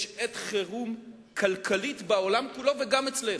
ויש עת חירום כלכלית בעולם כולו וגם אצלנו.